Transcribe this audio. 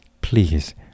Please